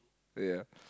uh ya